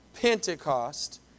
Pentecost